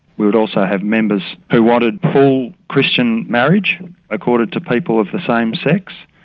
we would also have members who wanted full christian marriage accorded to people of the same sex.